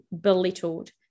belittled